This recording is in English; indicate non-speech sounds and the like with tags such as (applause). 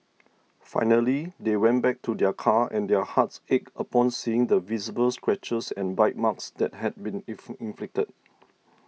finally they went back to their car and their hearts ached upon seeing the visible scratches and bite marks that had been (noise) inflicted